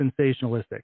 sensationalistic